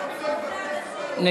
דיברנו על זה שלא קוראים "חצוף" לאנשים,